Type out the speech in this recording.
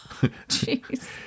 Jeez